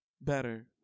better